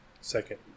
second